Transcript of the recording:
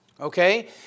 Okay